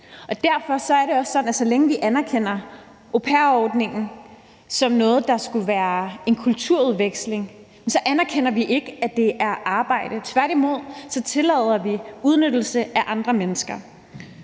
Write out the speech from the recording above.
Derfor er det også sådan, at vi, så længe vi anerkender au pair-ordningen som noget, der skulle være en kulturudveksling, så ikke anerkender, at det er arbejde. Tværtimod tillader vi udnyttelse af andre mennesker,